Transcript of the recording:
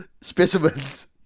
specimens